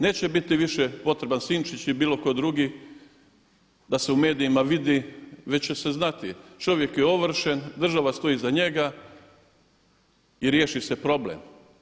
Neće biti više potreban Sinčić i bilo tko drugi da se u medijima vidi već će se znati čovjek je ovršen, država stoji iza njega i riješi se problem.